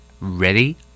Ready